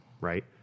Right